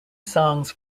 songs